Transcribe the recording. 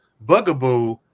Bugaboo